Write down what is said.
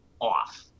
off